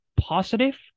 positive